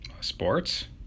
Sports